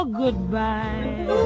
goodbye